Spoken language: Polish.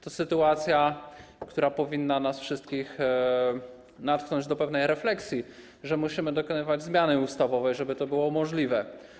To sytuacja, która powinna nas wszystkich natchnąć do pewnej refleksji, że musimy dokonywać zmiany ustawowej, żeby to było możliwe.